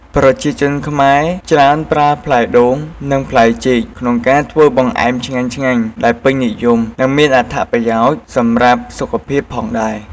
ប្រជាជនខ្មែរច្រើនប្រើផ្លែដូង និងផ្លែចេកក្នុងការធ្វើបង្អែមឆ្ងាញ់ៗ ដែលពេញនិយម និងមានអត្ថប្រយោជន៍សម្រាប់សុខភាពផងដែរ។